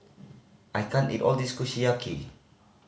I can't eat all of this Kushiyaki